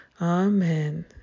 Amen